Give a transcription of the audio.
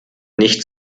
nicht